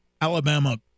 Alabama